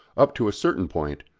up to a certain point,